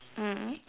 mm